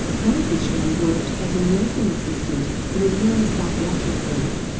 hannah critchlow worked as a nursing assistant in a neuropsychiatric ward.